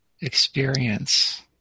experience